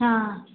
हँ